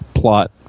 Plot